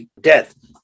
death